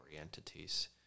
entities